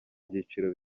byiciro